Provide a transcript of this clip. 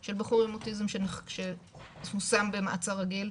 של בחור עם אוטיזם שהושם במעצר רגיל,